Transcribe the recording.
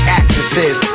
actresses